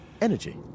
energy